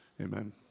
Amen